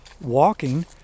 walking